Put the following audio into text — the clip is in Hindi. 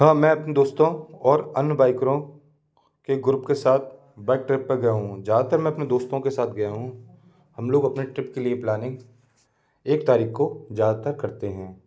हाँ मैं अपने दोस्तों और अन्य बाइकरों के ग्रुप के साथ बाइक ट्रिप पर गया हूँ ज़्यादातर मैं अपने दोस्तों के साथ गया हूँ हम लोग अपने ट्रिप के लिए प्लानिंग एक तारिख़ को ज़्यादातर करते हैं